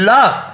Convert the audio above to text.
Love